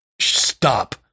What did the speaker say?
stop